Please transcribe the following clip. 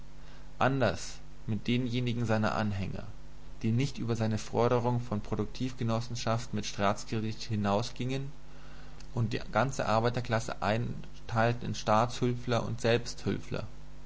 anders mit denjenigen seiner anhänger die nicht über seine forderung von produktivgenossenschaften mit staatskredit hinausgingen und die ganze arbeiterklasse einteilten in staatshülfler und